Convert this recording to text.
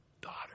daughter